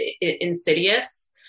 insidious